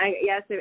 yes